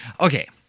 Okay